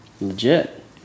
Legit